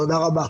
תודה רבה.